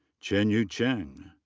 chen yu cheng.